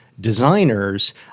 designers